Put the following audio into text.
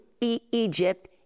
Egypt